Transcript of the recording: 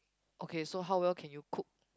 okay so how well can you cook